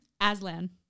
Aslan